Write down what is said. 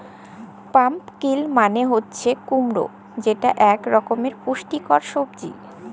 pumpkin মালে হছে কুমড়া যেট ইক রকমের পুষ্টিকর সবজি